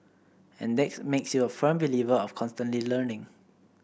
and that makes you a firm believer of constantly learning